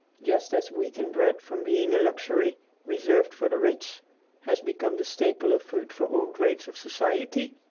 just as wheaten bread from being a luxury reserved for the rich has become the staple of food for all grades of society,